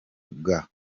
bwa